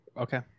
Okay